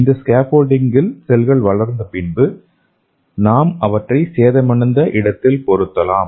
இந்த ஸ்கேஃபோல்டிங்கில் செல்கள் வளர்ந்த பிறகுநாம் அவற்றை சேதமடைந்த இடத்தில் பொருத்தலாம்